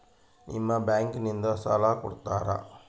ನಿಮ್ಮ ಬ್ಯಾಂಕಿನಿಂದ ಸಾಲ ಕೊಡ್ತೇರಾ?